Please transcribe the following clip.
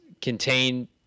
contain